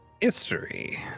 History